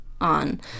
on